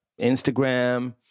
Instagram